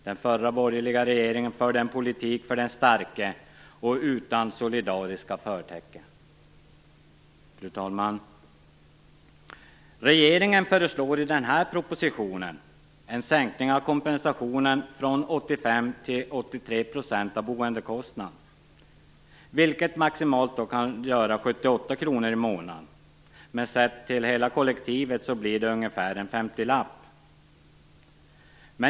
Den förra borgerliga regeringen förde en politik för den starke, utan solidariska förtecken. Fru talman! Regeringen föreslår i den här propositionen en sänkning av kompensationen från 85 % till 83 % av boendekostnaden, vilket maximalt kan betyda 78 kr i månaden, men sett till hela kollektivet blir det ungefär en femtilapp.